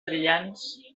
brillants